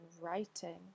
writing